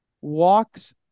Walks